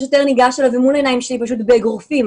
השוטר ניגש אליו ומול העיניים שלי פשוט הרביץ לו באגרופים,